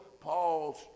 Paul's